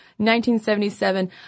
1977